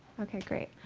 ok, great.